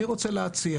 אני רוצה להציע